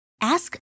ask